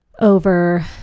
over